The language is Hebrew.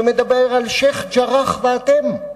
שמדבר על "שיח'-ג'ראח ואתם".